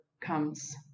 comes